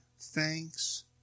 thanks